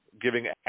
giving